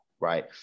right